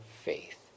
faith